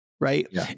Right